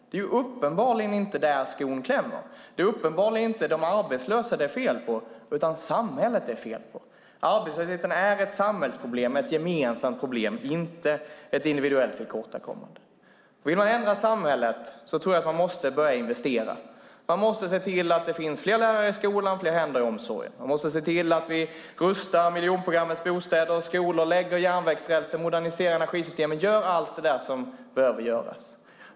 Det är uppenbarligen inte där skon klämmer. Det är uppenbarligen inte de arbetslösa det är fel på utan samhället som det är fel på. Arbetslösheten är ett samhällsproblem och ett gemensamt problem och inte ett individuellt tillkortakommande. Vill man ändra samhället tror jag att man måste börja investera. Man måste se till att det finns fler lärare i skolorna och fler händer i äldreomsorgen. Man måste se till att vi rustar miljonprogrammets bostäder och skolor, lägger järnvägsräls och moderniserar energisystemen. Det är allt det som behöver göras.